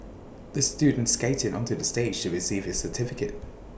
the student skated onto the stage to receive his certificate